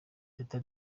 teta